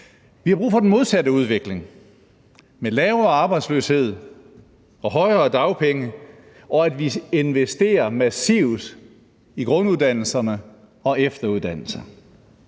Vi har brug for den modsatte udvikling med lavere arbejdsløshed og højere dagpenge og for, at vi investerer massivt i grunduddannelserne og efteruddannelse.